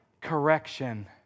correction